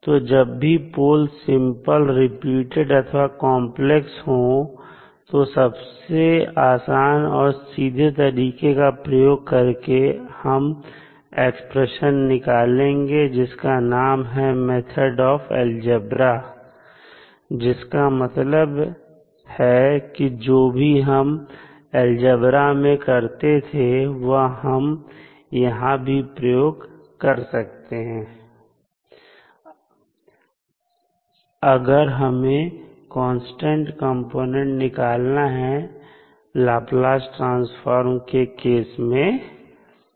तो जब भी पोल सिंपल रिपीटेड अथवा कांपलेक्स हो तो सबसे आसान और सीधे तरीके का प्रयोग करके हम एक्सप्रेशन निकालेंगे जिसका नाम है मेथड ऑफ अलजेब्रा जिसका मतलब है कि जो भी हम अलजेब्रा में करते थे वह हम यहां भी प्रयोग कर सकते हैं अगर हमें कांस्टेंट कंपोनेंट निकालना है लाप्लास ट्रांसफार्म के केस में तो